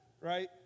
right